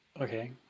okay